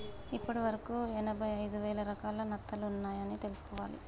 ఇప్పటి వరకు ఎనభై ఐదు వేల రకాల నత్తలు ఉన్నాయ్ అని తెలుసుకోవాలి